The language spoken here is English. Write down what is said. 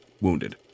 wounded